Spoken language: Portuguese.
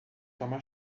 toma